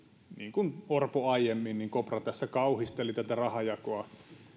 niin kuin orpo aiemmin kopra tässä kauhisteli tätä rahan jakoa